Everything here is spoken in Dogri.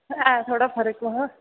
ऐ थोह्ड़ा फर्क महां